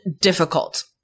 difficult